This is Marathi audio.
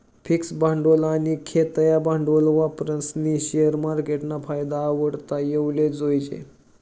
फिक्स भांडवल आनी खेयतं भांडवल वापरीस्नी शेअर मार्केटना फायदा उठाडता येवाले जोयजे